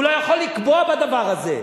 הוא לא יכול לקבוע בדבר הזה.